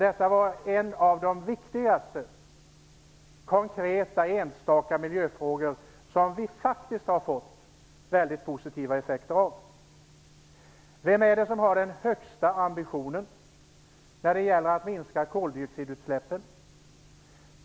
Detta är en av de viktigaste enstaka konkreta miljöfrågor som vi faktiskt har fått mycket positiva effekter av. Vilka har den högsta ambitionen när det gäller att minska koldioxidutsläppen?